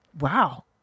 wow